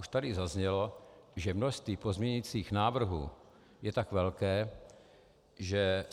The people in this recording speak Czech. Už tady zaznělo, že množství pozměňovacích návrhů je tak velké, že